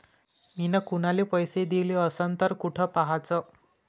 मिन कुनाले पैसे दिले असन तर कुठ पाहाचं?